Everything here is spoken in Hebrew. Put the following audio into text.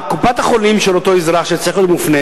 שקופת-החולים של אותו אזרח שצריך להיות מופנה